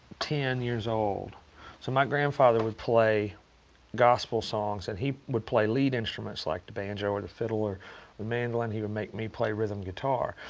ten years old so my grandfather would play gospel songs. and he would play lead instruments like the banjo, or the fiddle, or the mandolin. he would make me play rhythm guitar.